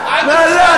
זה.